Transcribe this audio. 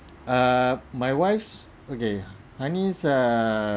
uh my wife's okay hanis ah